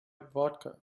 vodka